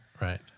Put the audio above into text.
Right